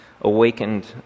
awakened